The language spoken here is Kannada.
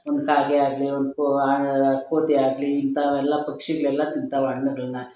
ಒಂದು ಕಾಗೆ ಆಗಲಿ ಒಂದು ಕೋತಿ ಆಗಲಿ ಇಂಥವೆಲ್ಲ ಪಕ್ಷಿಗಳೆಲ್ಲ ತಿಂತಾವೆ ಹಣ್ಣುಗಳನ್ನ